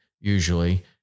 usually